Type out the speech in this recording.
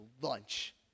lunch